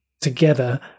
together